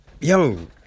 yo